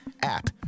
app